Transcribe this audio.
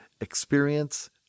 experience